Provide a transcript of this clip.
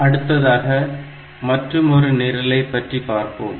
அடுத்ததாக மற்றுமொரு நிரலை பற்றி பார்ப்போம்